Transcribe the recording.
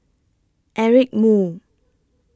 Eric Moo